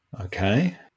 Okay